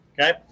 Okay